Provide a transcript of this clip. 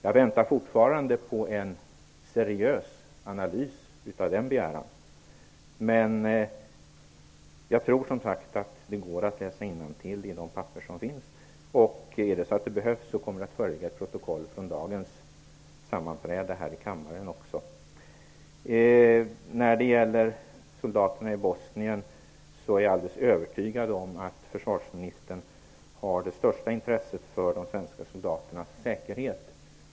Jag väntar fortfarande på en seriös analys av den begäran. Jag tror som sagt att det går att läsa innantill i de papper som finns. Är det så att det behövs kommer det att föreligga ett protokoll från dagens sammanträde här i kammaren också. När det gäller soldaterna i Bosnien är jag helt övertygad om att försvarsministern har det största intresset för de svenska soldaternas säkerhet.